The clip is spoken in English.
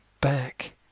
back